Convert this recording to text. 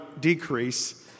decrease